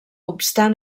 obstant